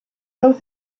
both